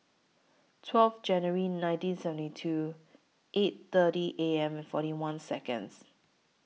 twelve January nineteen seventy two eight thirty A M and forty one Seconds